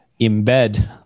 embed